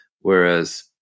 whereas